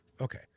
okay